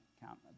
count